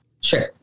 Sure